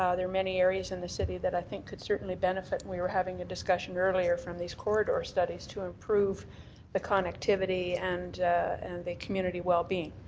ah there are many areas in the city that i think could certainly benefit and we were having the discussion earlier from these corridor studies to improve the connectivity and and the community well-being.